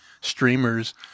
streamers